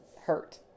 hurt